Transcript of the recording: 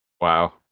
Wow